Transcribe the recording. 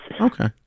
Okay